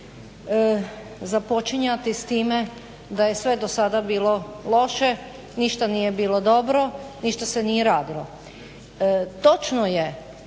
započinjati s time da je sve do sada bilo loše, ništa nije bilo dobro, ništa se nije radilo. Točno je